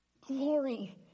glory